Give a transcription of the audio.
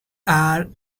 are